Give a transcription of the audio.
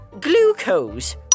Glucose